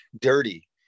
dirty